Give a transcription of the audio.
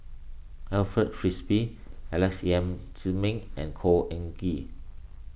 Alfred Frisby Alex Yam Ziming and Khor Ean Ghee